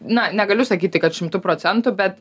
na negaliu sakyti kad šimtu procentų bet